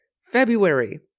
February